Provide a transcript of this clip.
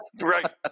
Right